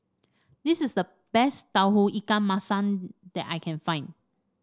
this is the best Tauge Ikan Masin that I can find